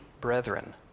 brethren